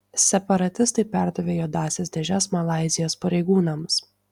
separatistai perdavė juodąsias dėžes malaizijos pareigūnams